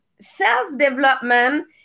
self-development